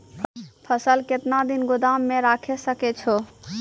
फसल केतना दिन गोदाम मे राखै सकै छौ?